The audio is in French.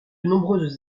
nombreuses